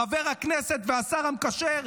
חבר הכנסת והשר המקשר,